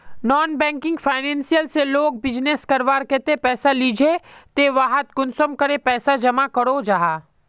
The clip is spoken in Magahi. नॉन बैंकिंग फाइनेंशियल से लोग बिजनेस करवार केते पैसा लिझे ते वहात कुंसम करे पैसा जमा करो जाहा?